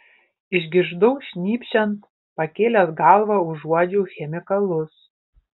išgirdau šnypščiant pakėlęs galvą užuodžiau chemikalus